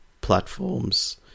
platforms